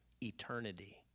eternity